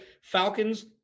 Falcons